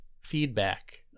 feedback